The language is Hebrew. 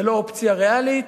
היא לא אופציה ריאלית,